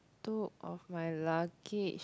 two of my luggage